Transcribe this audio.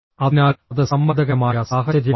അതിനാൽ അത് സമ്മർദ്ദകരമായ സാഹചര്യമാണ്